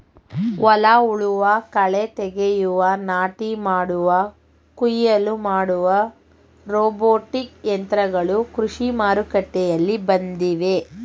ಹೊಲ ಉಳುವ, ಕಳೆ ತೆಗೆಯುವ, ನಾಟಿ ಮಾಡುವ, ಕುಯಿಲು ಮಾಡುವ ರೋಬೋಟಿಕ್ ಯಂತ್ರಗಳು ಕೃಷಿ ಮಾರುಕಟ್ಟೆಯಲ್ಲಿ ಬಂದಿವೆ